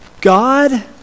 God